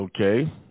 Okay